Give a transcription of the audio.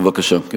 אפשר רק